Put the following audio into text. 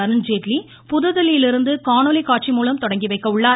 அருண்ஜேட்லி புதுதில்லியிலிருந்து காணொலிகாட்சிமூலம் தொடங்கிவைக்க உள்ளார்